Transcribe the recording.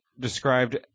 described